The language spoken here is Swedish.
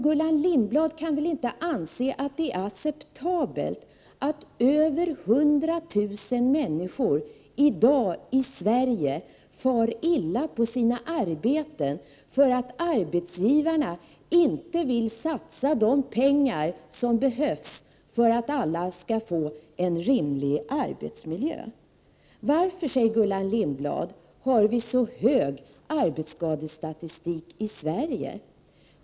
Gullan Lindblad kan väl inte anse att det är acceptabelt att över 100 000 människor i Sverige i dag far illa på sina arbeten därför att arbetsgivarna inte vill satsa de pengar som behövs för att alla skall få en rimlig arbetsmiljö. Varför har vi så många arbetsskador i Sverige? frågar Gullan Lindblad.